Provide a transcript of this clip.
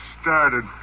started